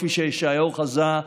כפי שישעיהו חזה,